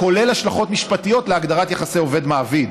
כולל השלכות משפטיות על הגדרת יחסי עובד מעביד,